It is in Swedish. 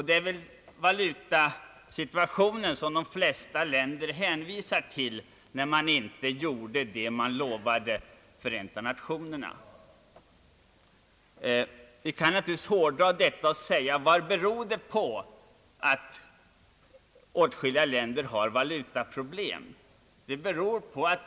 Det är väl valutasituationen som de flesta länder hänvisar till när de vill finna en anledning till att de inte gjort vad de lovade Förenta Nationerna. Vad beror det då på att åtskilliga länder har valutaproblem?